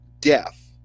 death